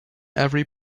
every